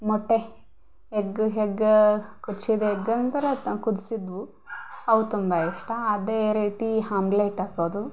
ಮೊಟ್ಟೆ egg egg ಕುಚ್ಚಿದ್ದು egg ಅಂದ್ರೆ ಅದನ್ನ ಕುದ್ಸಿದ್ದವು ಅವು ತುಂಬ ಇಷ್ಟ ಅದೇ ರೀತಿ ಹಾಮ್ಲೆಟ್ ಹಾಕೋದು